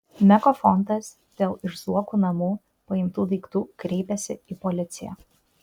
meko fondas dėl iš zuokų namų paimtų daiktų kreipėsi į policiją